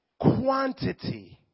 quantity